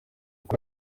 kuri